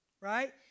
right